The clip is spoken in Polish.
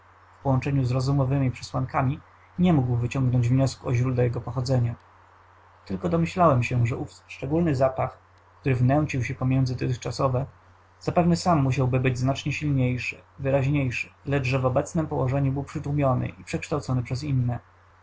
w połączeniu z rozumowemi przesłankami nie mógł wyciągnąć wniosku o źródle jego pochodzenia tylko domyślałem się że ów szczególny zapach który wnęcił się pomiędzy dotychczasowe zapewne sam musiałby być znacznie silniejszy wyraźniejszy lecz że w obecnem położeniu był przytłumiony i przekształcony przez inne